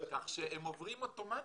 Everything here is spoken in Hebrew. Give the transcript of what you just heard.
כך שהם עוברים אוטומטי,